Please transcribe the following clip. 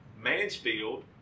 Mansfield